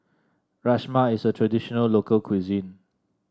rajma is a traditional local cuisine